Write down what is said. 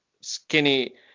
skinny